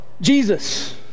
Jesus